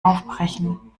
aufbrechen